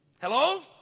Hello